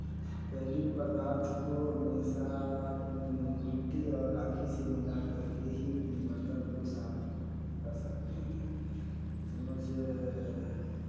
तैलीय पदार्थ को हमेशा मिट्टी और राखी से मिला कर के ही बर्तन को साफ कर सकते हैं समझ